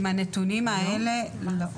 עם הנתונים האלה לא.